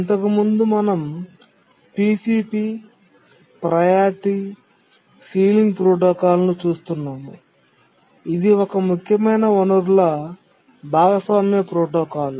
ఇంతకుముందు మేము PCP priority ceiling protocol ను చూస్తున్నాము ఇది ఒక ముఖ్యమైన వనరుల భాగస్వామ్య ప్రోటోకాల్